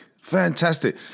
Fantastic